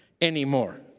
anymore